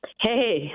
Hey